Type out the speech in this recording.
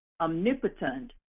omnipotent